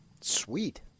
Sweet